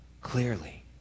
clearly